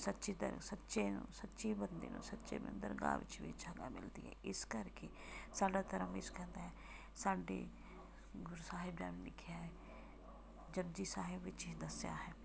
ਸੱਚੀ ਦਰ ਸੱਚੇ ਸੱਚੀ ਬੰਦੇ ਨੂੰ ਸੱਚੇ ਬੰਦੇ ਨੂੰ ਦਰਗਾਹ ਵਿੱਚ ਵੀ ਜਗ੍ਹਾ ਮਿਲਦੀ ਹੈ ਇਸ ਕਰਕੇ ਸਾਡਾ ਧਰਮ ਇਹ ਸਿਖਾਉਂਦਾ ਸਾਡੇ ਗੁਰੂ ਸਾਹਿਬਾਨ ਨੇ ਲਿਖਿਆ ਹੈ ਜਪਜੀ ਸਾਹਿਬ ਵਿੱਚ ਹੀ ਦੱਸਿਆ ਹੈ